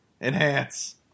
Enhance